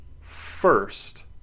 First